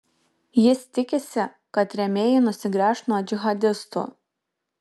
jis tikisi kad rėmėjai nusigręš nuo džihadistų